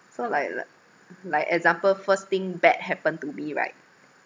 so like like like example first thing bad happen to me right